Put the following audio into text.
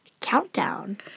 countdown